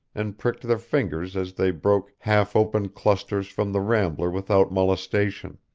and pricked their fingers as they broke half-open clusters from the rambler without molestation.